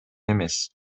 эмес